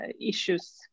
issues